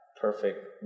perfect